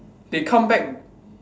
they come back